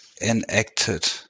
enacted